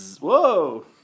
Whoa